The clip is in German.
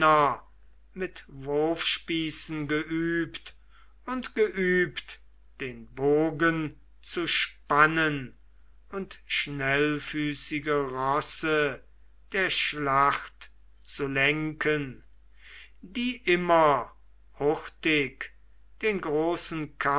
mit wurfspießen geübt und geübt den bogen zu spannen und schnellfüßige rosse der schlacht zu lenken die immer hurtig den großen